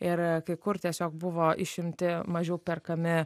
ir kai kur tiesiog buvo išimti mažiau perkami